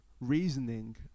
reasoning